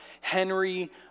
Henry